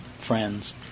friends